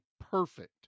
perfect